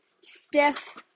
stiff